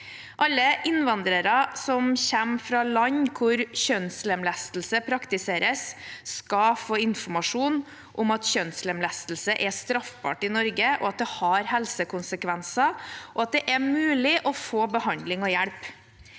Alle innvandrere som kommer fra land hvor kjønnslemlestelse praktiseres, skal få informasjon om at kjønnslemlestelse er straffbart i Norge, at det har helsekonsekvenser, og at det er mulig å få behandling og hjelp.